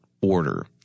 order